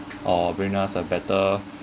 awareness or better